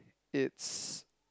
it's